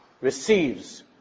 receives